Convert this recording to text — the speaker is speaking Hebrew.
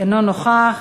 אינו נוכח.